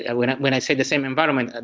and when when i say the same environment, and